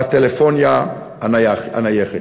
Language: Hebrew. בטלפוניה הנייחת.